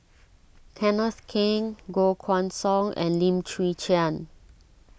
Kenneth Keng Koh Guan Song and Lim Chwee Chian